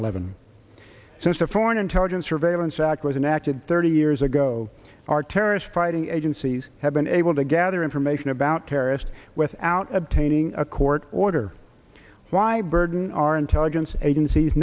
eleven since the foreign intelligence surveillance act was enacted thirty years ago are terrorist fighting agencies have been able to gather information about terrorist without obtaining a court order why burden our intelligence agencies